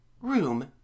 Room